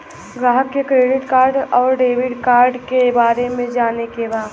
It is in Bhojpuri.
ग्राहक के क्रेडिट कार्ड और डेविड कार्ड के बारे में जाने के बा?